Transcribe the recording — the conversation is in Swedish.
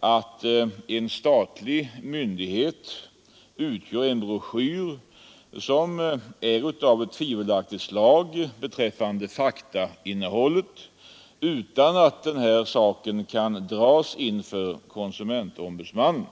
att en statlig myndighet utger en broschyr som är av tvivelaktigt slag beträffande faktainnehållet, utan att saken kan dras inför konsumentombudsmannen.